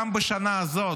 גם בשנה הזאת,